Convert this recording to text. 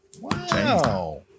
Wow